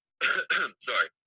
sorry